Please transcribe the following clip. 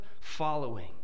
following